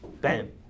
Bam